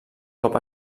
cop